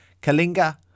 Kalinga